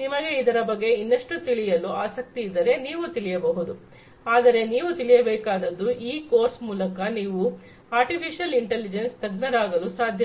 ನಿಮಗೆ ಇದರ ಬಗ್ಗೆ ಇನ್ನಷ್ಟು ತಿಳಿಯಲು ಆಸಕ್ತಿ ಇದ್ದರೆ ನೀವು ತಿಳಿಯಬಹುದು ಆದರೆ ನೀವು ತಿಳಿಯಬೇಕಾದದ್ದು ಈ ಕೋರ್ಸ್ನ ಮೂಲಕ ನೀವು ಆರ್ಟಿಫಿಷಿಯಲ್ ಇಂಟೆಲಿಜೆನ್ಸ್ ತಜ್ಞ ರಾಗಲು ಸಾಧ್ಯವಿಲ್ಲ